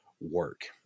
work